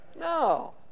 No